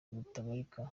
butabarika